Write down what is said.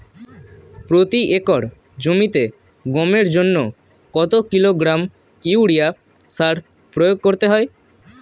প্রতি একর জমিতে গমের জন্য কত কিলোগ্রাম ইউরিয়া সার প্রয়োগ করতে হয়?